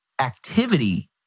activity